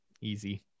easy